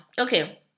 Okay